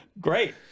Great